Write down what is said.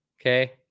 Okay